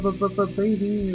baby